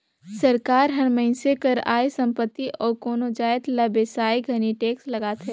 सरकार हर मइनसे कर आय, संपत्ति अउ कोनो जाएत ल बेसाए घनी टेक्स लगाथे